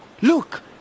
Look